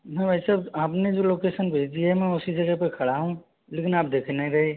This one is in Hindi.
भाई साबह आपने जो लोकेशन भेजी है मैं उसी जगह पे खड़ा हूँ लेकिन आप दिख नहीं रहे